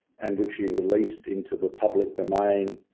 and which he released into the public domain,